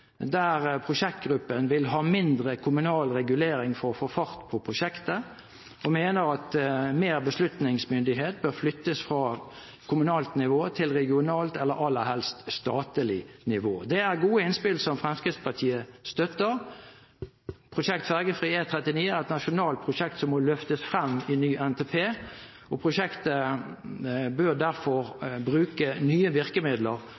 der prosjektgruppen vil ha mindre kommunal regulering for å få fart på prosjektet. De mener at mer beslutningsmyndighet bør flyttes fra kommunalt nivå til regionalt nivå, eller aller helst til statlig nivå. Dette er gode innspill som Fremskrittspartiet støtter. Prosjektet Ferjefri E39 er et nasjonalt prosjekt som må løftes frem i en ny NTP, og prosjektet bør derfor bruke nye virkemidler